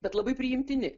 bet labai priimtini